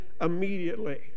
immediately